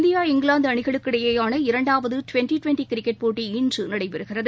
India இங்கிலாந்துஅணிகளுக்கு இடையேயான இரண்டாவதுட்வெண்ட்டிட்வெண்ட்டிகிரிக்கெட் போட்டி இன்றுநடைபெறுகிறது